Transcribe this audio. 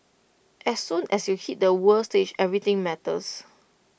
as soon as you hit the world stage everything matters